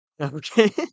Okay